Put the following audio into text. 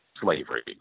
slavery